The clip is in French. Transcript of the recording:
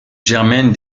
germaine